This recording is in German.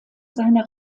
seiner